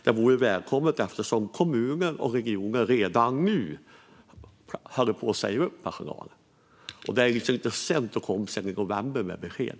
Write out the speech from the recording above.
Det vore välkommet eftersom kommuner och regioner redan nu håller på att säga upp personal. Det är lite sent att komma med besked i november.